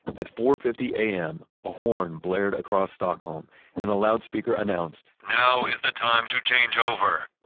at four fifty am a horn blared across stockholm and a loudspeaker announced, now is the time to change over.